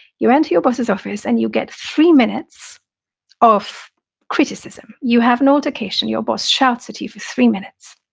you enter your boss's office and you get three minutes of criticism. you have no altercation, your boss shouts at you for three minutes.